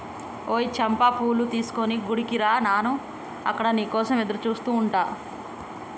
ఓయ్ చంపా పూలు తీసుకొని గుడికి రా నాను అక్కడ నీ కోసం ఎదురుచూస్తు ఉంటా